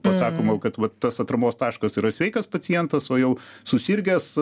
pasakoma kad vat tas atramos taškas yra sveikas pacientas o jau susirgęs